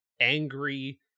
angry